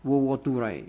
world war two right